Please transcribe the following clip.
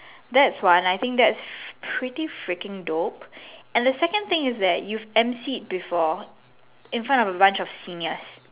that's one I think that's pretty freaking dope and the other thing is that you have emceed before in front of a bunch of seniors